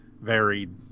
varied